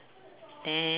an~